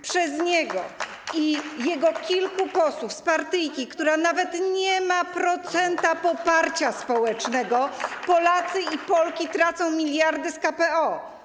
Przez niego i jego kilku posłów z partyjki, która nawet nie ma 1% poparcia społecznego, Polacy i Polki tracą miliardy z KPO.